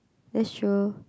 that's true